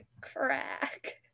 crack